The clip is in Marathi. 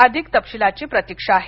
अधिक तपशिलाची प्रतीक्षा आहे